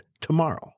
tomorrow